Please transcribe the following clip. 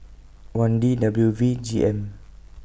one D W V G M